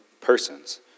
persons